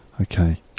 okay